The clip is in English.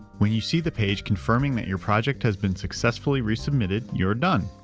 when you see the page confirming that your project has been successfully resubmitted, you are done.